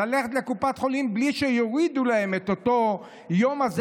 ללכת לקופת חולים בלי שיורידו להן את היום הזה